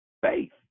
faith